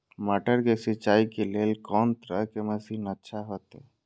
मटर के सिंचाई के लेल कोन तरह के मशीन अच्छा होते?